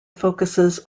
focuses